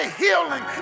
healing